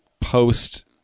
post